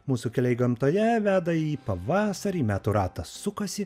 mūsų keliai gamtoje veda į pavasarį metų ratas sukasi